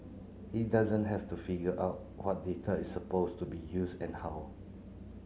he doesn't have to figure out what data is supposed to be used and how